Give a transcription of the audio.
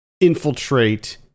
infiltrate